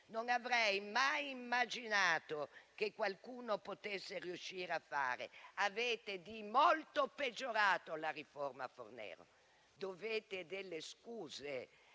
non avrei mai immaginato che qualcuno potesse riuscire a fare. Avete di molto peggiorato la riforma Fornero. Dovete delle scuse